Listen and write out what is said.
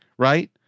Right